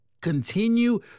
Continue